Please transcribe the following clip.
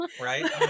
right